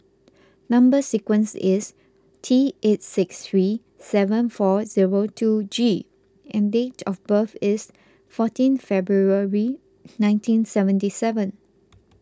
Number Sequence is T eight six three seven four zero two G and date of birth is fourteen February nineteen seventy seven